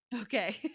Okay